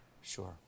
sure